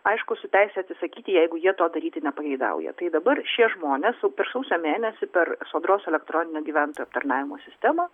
aišku su teise atsisakyti jeigu jie to daryti nepageidauja tai dabar šie žmonės jau per sausio mėnesį per sodros elektroninę gyventojų aptarnavimo sistemą